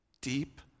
deep